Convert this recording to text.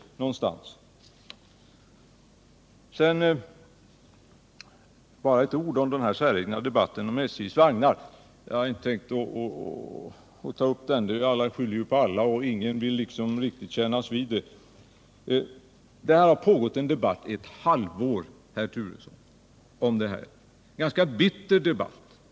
Sedan bara några ord till den säregna debatten om SJ:s vagnar. Jag hade inte tänkt ta upp den — alla skyller ju på alla och ingen vill riktigt kännas vid ansvaret. Den här debatten har pågått ett halvår, herr Turesson. Det har varit en ganska bitter debatt.